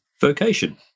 Vocation